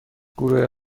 گروه